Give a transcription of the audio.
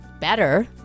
better